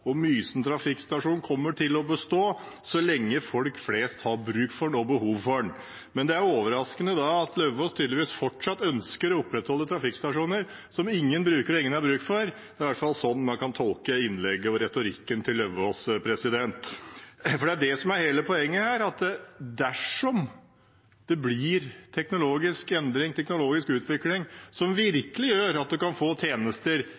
og Mysen trafikkstasjon kommer til å bestå så lenge folk flest har bruk for den og behov for den. Men det er overraskende at Lauvås tydeligvis fortsatt ønsker å opprettholde trafikkstasjoner som ingen bruker og ingen har bruk for – det er i hvert fall sånn man kan tolke innlegget og retorikken til Lauvås. Det som er hele poenget her, er at det kan bli teknologisk endring, en teknologisk utvikling som virkelig gjør at man kan få tjenester